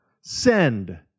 send